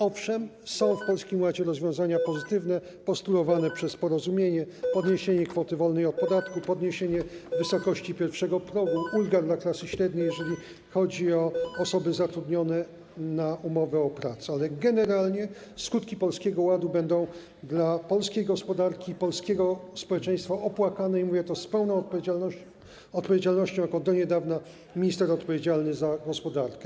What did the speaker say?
Owszem, są w Polskim Ładzie rozwiązania pozytywne, postulowane przez Porozumienie: podniesienie kwoty wolnej od podatku, podniesienie wysokości pierwszego progu, ulga dla klasy średniej, jeżeli chodzi o osoby zatrudnione na umowę o pracę, ale generalnie skutki Polskiego Ładu będą dla polskiej gospodarki, polskiego społeczeństwa opłakane i mówię to z pełną odpowiedzialnością jako do niedawna minister odpowiedzialny za gospodarkę.